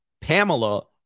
Pamela